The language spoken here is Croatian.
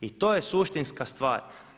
I to je suštinska stvar.